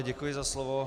Děkuji za slovo.